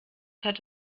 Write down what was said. hat